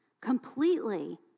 completely